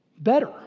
better